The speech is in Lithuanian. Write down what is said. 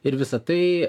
ir visa tai